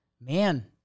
man